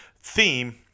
theme